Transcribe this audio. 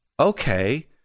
okay